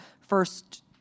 first